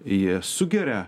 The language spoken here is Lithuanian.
ji sugeria